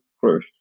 growth